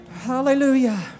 Hallelujah